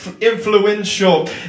Influential